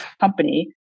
company